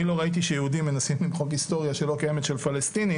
אני לא ראיתי שיהודים מנסים למחוק היסטוריה שלא קיימת של פלסטינים,